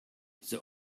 the